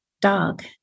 dog